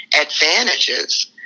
advantages